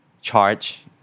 charge